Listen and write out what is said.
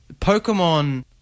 Pokemon